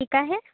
ठीक आहे